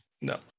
no